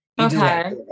Okay